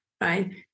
right